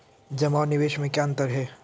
जमा और निवेश में क्या अंतर है?